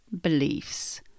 beliefs